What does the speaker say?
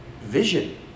Vision